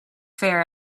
fair